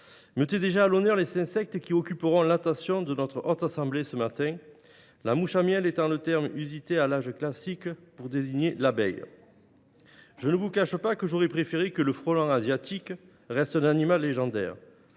mettait déjà à l’honneur les insectes qui occuperont l’attention de notre Haute Assemblée ce matin – la mouche à miel étant le terme usité à l’âge classique pour désigner l’abeille. J’aurais préféré que le frelon asiatique reste un animal légendaire